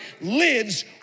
lives